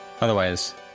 Otherwise